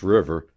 River